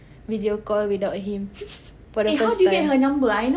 video called without him for the surprise